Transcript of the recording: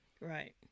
right